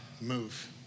move